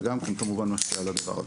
זה גם כמובן משפיע על הדבר הזה.